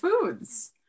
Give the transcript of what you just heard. foods